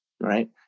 right